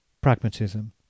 pragmatism